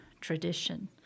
tradition